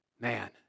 Man